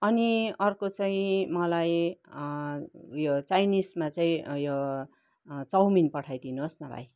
अनि अर्को चाहिँ मलाई उयो चाइनिजमा चाहिँ उयो चाउमिन पठाइदिनुहोस् न भाइ